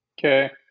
Okay